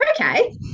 okay